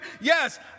Yes